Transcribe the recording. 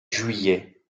juillet